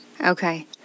Okay